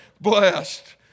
blessed